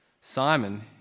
Simon